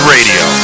Radio